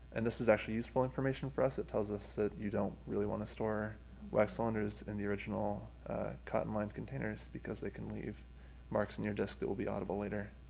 and this is actually useful information for us. it tells us that you don't really want to store wax cylinders in the original cut and line containers because they can leave marks in your disc that will be audible later.